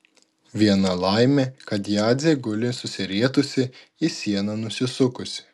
viena laimė kad jadzė guli susirietusi į sieną nusisukusi